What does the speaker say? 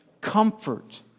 comfort